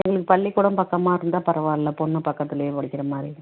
எங்களுக்கு பள்ளிக்கூடம் பக்கமாக இருந்தால் பரவாயில்ல பொண்ணு பக்கத்தில் படிக்கிறமாதிரி